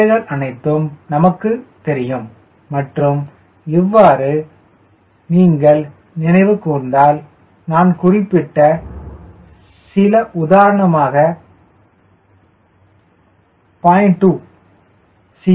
இவைகள் அனைத்தும் நமக்கு தெரியும் மற்றும் ஒன்றை நீங்கள் நினைவு கூர்ந்தால் நான் குறிப்பிட்ட CL உதாரணமாக 0